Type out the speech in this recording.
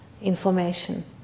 information